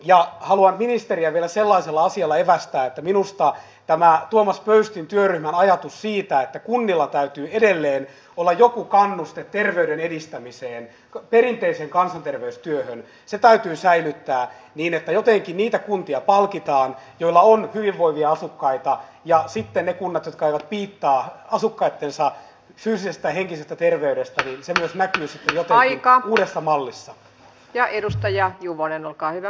ja haluan ministeriä vielä sellaisella asialla evästää että minusta tämä tuomas pöystin työryhmän ajatus siitä että kunnilla täytyy edelleen olla joku kannuste terveyden edistämiseen perinteiseen kansanterveystyöhön täytyy säilyttää niin että jotenkin niitä kuntia palkitaan joilla on hyvinvoivia asukkaita ja sitten niissä kunnissa jotka eivät piittaa asukkaittensa fyysisestä tai henkisestä terveydestä se myös näkyy sitten jotenkin uudessa mallissa ja edustaja juvonen olkaa hyvä